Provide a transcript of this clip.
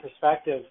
perspective